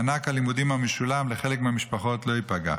מענק הלימודים המשולם לחלק מהמשפחות לא ייפגע.